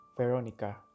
Veronica